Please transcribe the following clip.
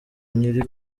nyiri